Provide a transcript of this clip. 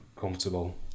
comfortable